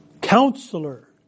Counselor